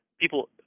people